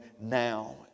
now